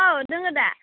औ दोङो दा